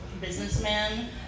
businessman